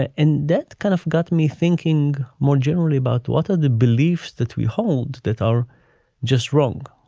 and and that kind of got me thinking more generally about what are the beliefs that we hold that are just wrong,